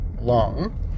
long